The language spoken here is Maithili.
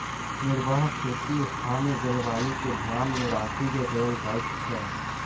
निर्वाह खेती स्थानीय जलवायु के ध्यान मे राखि क कयल जाइत छै